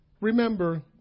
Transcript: Remember